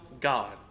God